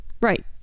Right